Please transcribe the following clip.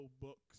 books